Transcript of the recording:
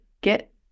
get